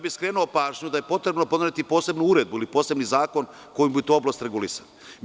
Skrenuo bih pažnju da je potrebno podneti posebnu uredbu ili poseban zakon kojim bi tu oblast regulisali.